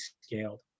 scaled